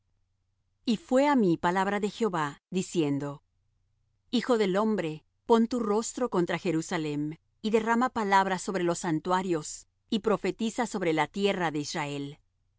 y fué á mí palabra de jehová diciendo hijo del hombre pon tu rostro contra jerusalem y derrama palabra sobre los santuarios y profetiza sobre la tierra de israel